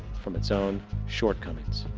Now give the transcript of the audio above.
from it's own shortcomings.